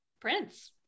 prince